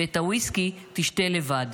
ואת הוויסקי תשתה לבד.